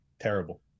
Terrible